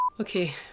Okay